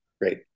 great